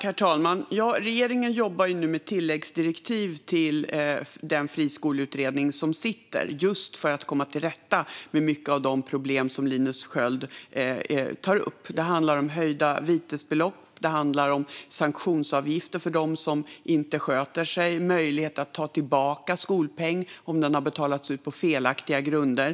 Herr talman! Ja, regeringen jobbar nu med tilläggsdirektiv till den friskoleutredning som just nu arbetar för att man ska komma till rätta med många av de problem som Linus Sköld tar upp. Det handlar om höjda vitesbelopp. Det handlar om sanktionsavgifter för dem som inte sköter sig. Det handlar om möjlighet att ta tillbaka skolpeng om den har betalats ut på felaktiga grunder.